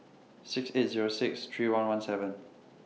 six eight Zero six three one one seven